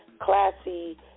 classy